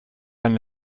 einen